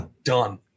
Done